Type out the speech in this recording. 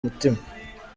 mutima